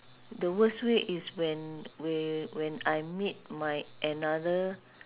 the worst way is when whe~ when I meet my another